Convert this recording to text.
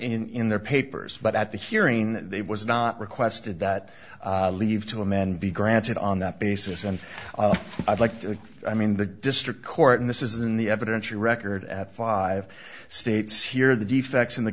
it in their papers but at the hearing they was not requested that leave to a man be granted on that basis and i'd like to i mean the district court in this is in the evidence your record at five states here the defects in the